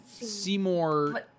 Seymour